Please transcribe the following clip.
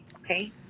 okay